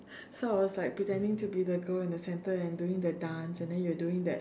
so I was like pretending to be the girl in the center and doing the dance and then we were doing that